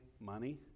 money